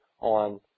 on